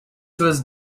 was